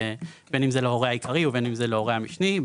בין אם זה להורה העיקרי ובין אם זה להורה המשני,